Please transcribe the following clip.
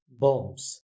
Bombs